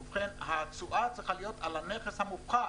ובכן, התשואה צריכה להיות על הנכס המופחת